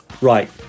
right